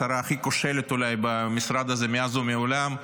השרה הכי כושלת אולי במשרד הזה מאז ומעולם,